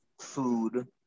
food